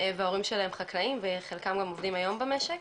וההורים שלהם חקלאים, וחלקם גם עובדים היום במשק,